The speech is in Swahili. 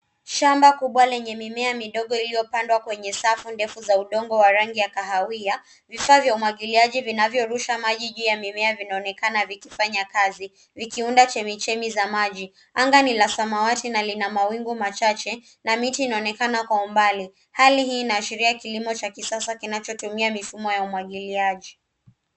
Shamba kubwa lenye mimea midogo iliyopandwa kwenye safu ndefu za udongo wa rangi ya kahawia. Vifaa vya umwagiliaji vinavyorusha maji juu ya mimea vinaonekana vikifanya kazi, vikiunda chemchemi za maji. Anga ni la samawati na lina mawingu machache na miti inaonekana kwa umbali. Hali hii inaashiria kilimo cha kisasa kinachotumia mifumo ya umwagiliaji.